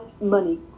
money